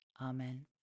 Amen